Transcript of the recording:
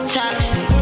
toxic